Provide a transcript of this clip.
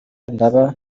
ndaba